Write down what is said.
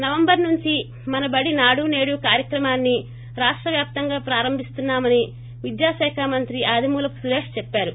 November నుంచి మన బడి నాడు సేడు కార్యక్రమాన్ని రాష్ట వ్యాప్తంగా ప్రారంభిస్తున్నా మని విద్యాశాఖ మంత్రి ఆదిమూలపు సురేష్ చెప్పారు